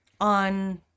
on